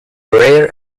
rare